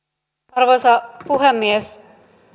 arvoisa puhemies